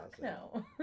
no